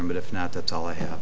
him but if not that's all i have